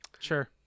Sure